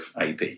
AP